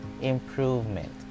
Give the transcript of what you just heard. improvement